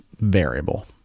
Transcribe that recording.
variable